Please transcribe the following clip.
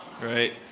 Right